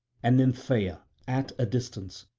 and nymphaea at a distance,